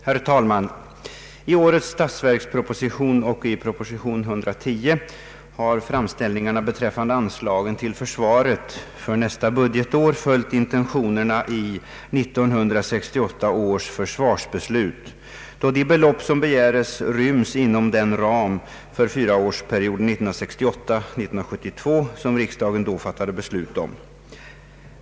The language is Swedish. Herr talman! I årets statsverksproposition och i propositionen 110 har framställningarna beträffande anslagen till försvaret för nästa budgetår följt intentionerna i 1968 års försvarsbeslut, då de belopp som begärs ryms inom den ram för fyraårsperioden 1968—1972 som riksdagen då fattade beslut om.